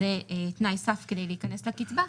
זה תנאי סף כדי להיכנס לקצבה.